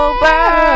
Over